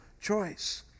choice